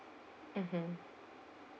mmhmm